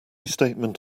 statement